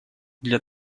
для